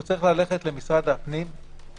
הוא צריך ללכת למשרד הפנים,